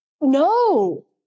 no